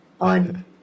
on